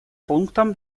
пунктом